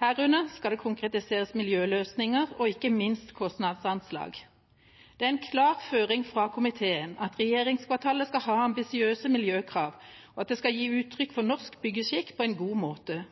Herunder skal det konkretiseres miljøløsninger og ikke minst kostnadsanslag. Det er en klar føring fra komiteen at regjeringskvartalet skal ha ambisiøse miljøkrav, og at det skal gi uttrykk for norsk byggeskikk på en god måte.